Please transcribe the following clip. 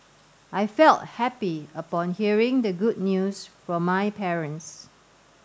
I felt happy upon hearing the good news from my parents